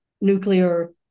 nuclear